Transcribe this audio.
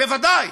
בוודאי.